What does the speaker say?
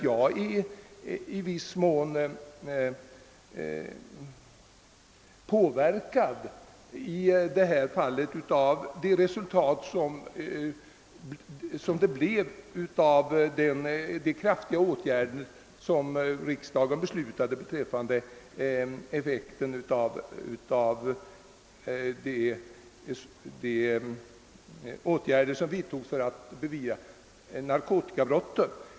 Jag har i viss mån påverkats av resultaten av de kraftiga åtgärder som riksdagen beslöt vidta för att komma till rätta med narkotikabrotten.